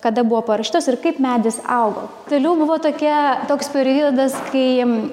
kada buvo parašytos ir kaip medis augo toliau buvo tokie toks periodas kai